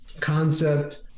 concept